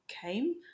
Came